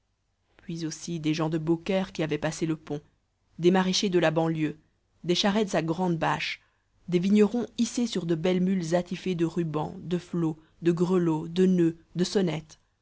puis aussi des gens de beaucaire qui avaient passé le pont des maraîchers de la banlieue des charrettes à grandes bâches des vignerons hissés sur de belles mules attifées de rubans de flots de grelots de noeuds de sonnettes